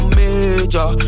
major